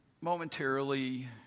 momentarily